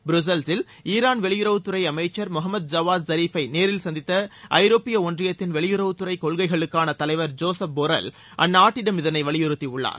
புரூஸில்சில் Iran வெளியுறவுத்துறை அமைச்சர் Mohammad Javad ஜரீஃபை நேரில் சந்தித்த ஐரோப்பிய ஒன்றியத்தின் வெளியுறவுத்துறை கொள்கைகளுக்கான தலைவர் ஜோசப் போர்ரெல் அந்நாட்டிடம் இதனை வலியுறுத்தியுள்ளார்